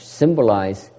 symbolize